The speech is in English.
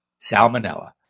salmonella